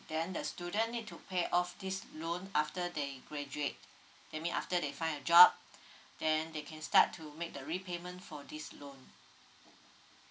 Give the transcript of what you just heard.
then the student need to pay off this loan after they graduate that means after they find job then they can start to make the repayment for this loan